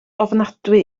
ofnadwy